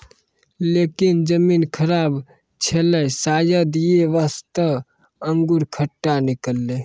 लेकिन जमीन खराब छेलै शायद यै वास्तॅ अंगूर खट्टा निकललै